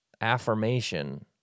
affirmation